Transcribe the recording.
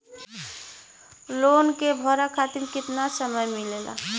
Loan के भरे खातिर कितना समय मिलेला?